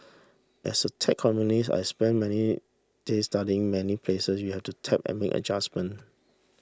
as a tech columnist I spent many days studying many place you have to tap and make adjustment